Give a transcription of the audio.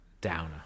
downer